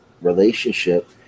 relationship